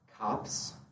cops